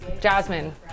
Jasmine